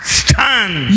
stand